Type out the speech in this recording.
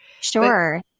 Sure